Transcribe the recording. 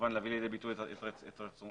כמובן להביא לידי ביטוי את רצונכם,